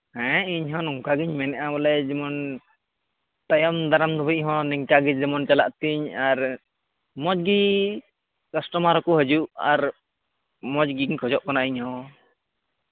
ᱦᱮᱸ ᱤᱧ ᱦᱚᱱ ᱱᱚᱝᱠᱟ ᱜᱮᱧ ᱢᱮᱱᱮᱜᱼᱟ ᱵᱚᱞᱮ ᱡᱮᱢᱚᱱ ᱛᱟᱭᱚᱢ ᱫᱟᱨᱟᱢ ᱫᱷᱟᱹᱵᱤᱡ ᱦᱚᱸ ᱱᱤᱝᱠᱟᱹ ᱜᱮ ᱡᱮᱢᱚᱱ ᱪᱟᱞᱟᱜ ᱛᱤᱧ ᱟᱨ ᱢᱚᱡᱽ ᱜᱮ ᱠᱟᱥᱴᱚᱢᱟᱨ ᱠᱚ ᱦᱤᱡᱩᱜ ᱟᱨ ᱢᱚᱡᱽ ᱜᱮᱧ ᱠᱷᱚᱡᱚᱜ ᱠᱟᱱᱟ ᱤᱧ ᱦᱚᱸ